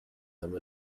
them